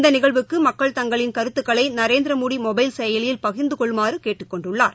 இந்தநிகழ்வுக்குமக்கள் கருத்துக்களைநரேந்திரமோடிமொபைல் செயலியில் பகிா்ந்துகொள்ளுமாறுகேட்டுக் கொண்டுள்ளார்